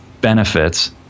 benefits